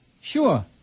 sure